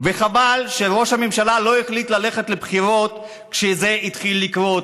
וחבל שראש הממשלה לא החליט ללכת לבחירות כשזה התחיל לקרות,